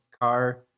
car